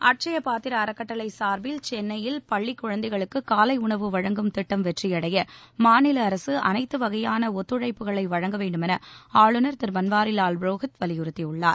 அட்சய பாத்திர அறக்கட்டளை சார்பில் சென்னையில் பள்ளிக் குழந்தைகளுக்கு காலை உணவு வழங்கும் திட்டம் வெற்றியடைய மாநில அரசு அனைத்து வகையாள ஒத்துழைப்புகளை வழங்க வேண்டுமென ஆளுநர் திரு பன்வாரிலால் புரோஹித் வலியுறுத்தியுள்ளார்